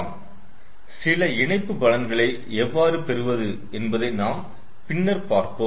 மேலும் சில இணைப்பு பலன்களை எவ்வாறு பெறுவது என்பதை நாம் பின்னர் பார்ப்போம்